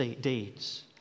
deeds